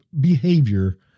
behavior